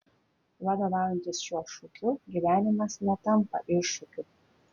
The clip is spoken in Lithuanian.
vadovaujantis šiuo šūkiu gyvenimas netampa iššūkiu